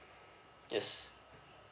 yes